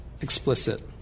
explicit